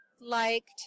liked